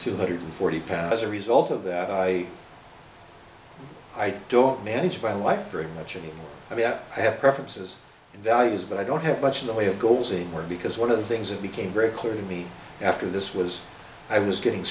two hundred forty pound as a result of that i i don't manage my life very much i mean i have preferences and values but i don't have much in the way of goals in work because one of the things that became very clear to me after this was i was getting